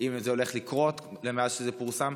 אם זה הולך לקרות מאז שזה פורסם.